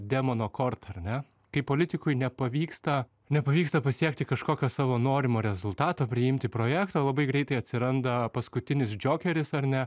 demono korta ar ne kai politikui nepavyksta nepavyksta pasiekti kažkokio savo norimo rezultato priimti projektą labai greitai atsiranda paskutinis džokeris ar ne